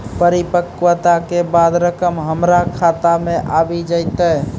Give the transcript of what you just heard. परिपक्वता के बाद रकम हमरा खाता मे आबी जेतै?